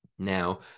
Now